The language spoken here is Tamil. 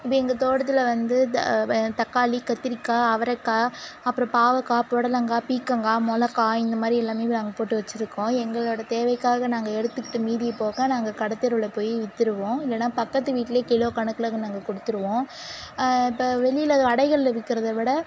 இப்போ எங்கள் தோட்டத்தில் வந்து த வே தக்காளி கத்திரிக்காய் அவரைக்காய் அப்புறம் பாவக்காய் பொடலங்காய் பீக்கங்காய் மொளகாய் இந்தமாதிரி எல்லாமே நாங்கள் போட்டு வச்சுருக்கோம் எங்களோடய தேவைக்காக நாங்கள் எடுத்துக்கிட்டு மீதி போக நாங்கள் கடைத் தெருவில் போய் வித்துடுவோம் இல்லைன்னா பக்கத்து வீட்டிலியே கிலோ கணக்கில் நாங்கள் கொடுத்துருவோம் இப்போ வெளியில் கடைகளில் விற்கறத விட